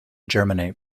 germinate